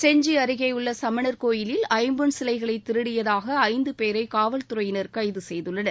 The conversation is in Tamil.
செஞ்சி அருகேயுள்ள சமணர் கோயிலில் ஐம்பொன் சிலைகளைத் திருடியதாக ஐந்து பேரை காவல்துறையினர் கைது செய்துள்ளனர்